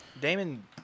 Damon